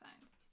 signs